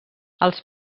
als